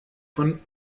von